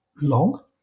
long